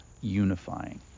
unifying